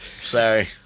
Sorry